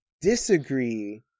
disagree